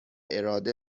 اراده